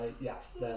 yes